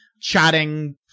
chatting